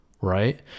right